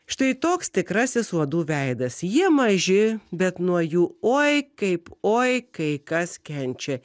štai toks tikrasis uodų veidas jie maži bet nuo jų oi kaip oi kai kas kenčia